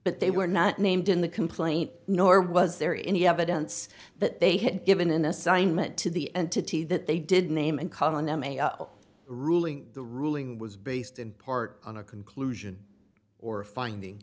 but they were not named in the complaint nor was there any evidence that they had given an assignment to the entity that they did name and calling them a ruling the ruling was based in part on a conclusion or a finding